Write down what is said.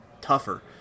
tougher